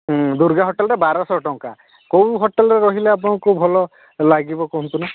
ଦୁର୍ଗା ହୋଟେଲ୍ଟା ବାରଶହ ଟଙ୍କା କେଉଁ ହୋଟେଲ୍ରେ ରହିଲେ ଆପଣଙ୍କୁ ଭଲ ଲାଗିବ କୁହନ୍ତୁନା